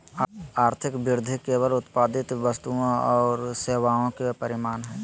आर्थिक वृद्धि केवल उत्पादित वस्तुओं औरो सेवाओं के परिमाण हइ